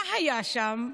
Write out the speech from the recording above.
מה היה שם?